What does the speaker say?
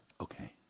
Okay